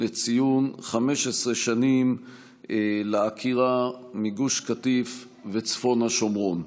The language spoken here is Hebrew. לציון 15 שנים לעקירה מגוש קטיף וצפון השומרון,